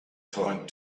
turned